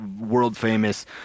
world-famous